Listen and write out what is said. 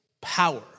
power